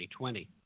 2020